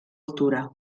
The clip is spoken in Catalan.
altura